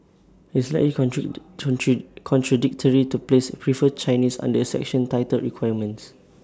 IT is slightly contradictory to place prefer Chinese under A section titled requirements